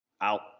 out